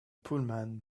pullman